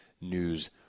News